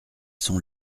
son